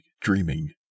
dreaming